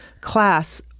class